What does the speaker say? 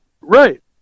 right